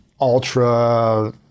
ultra